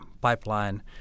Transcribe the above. pipeline